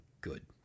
good